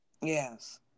yes